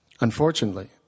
Unfortunately